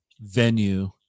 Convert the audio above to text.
venue